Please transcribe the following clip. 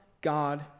God